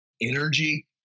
energy